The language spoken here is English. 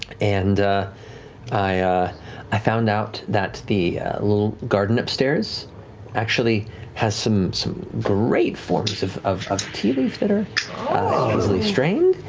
and i i found out that the little garden upstairs actually has some some great forms of of tea leaf that are easily strained.